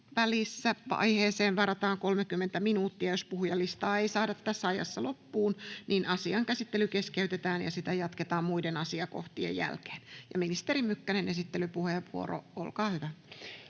välissä aiheeseen varataan 30 minuuttia. Jos puhujalistaa ei saada tässä ajassa loppuun, niin asian käsittely keskeytetään ja sitä jatketaan muiden asiakohtien jälkeen. — Ministeri Mykkänen, esittelypuheenvuoro, olkaa hyvä.